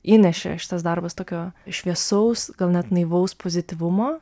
įnešė šitas darbas tokio šviesaus gal net naivaus pozityvumo